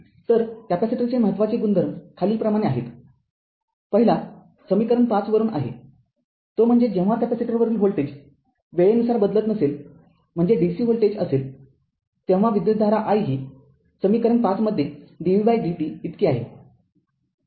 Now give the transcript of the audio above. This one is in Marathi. तर कॅपेसिटरचे महत्त्वाचे गुणधर्म खालीलप्रमाणे आहेत पहिला समीकरण ५ वरून आहे तो म्हणजे जेव्हा कॅपेसिटरवरील व्होल्टेज वेळेनुसार बदलत नसेल म्हणजे dc व्होल्टेज असेल तेव्हा विद्युतधारा i ही समीकरण ५ म्हणजे dvdt इतकी आहे